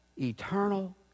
eternal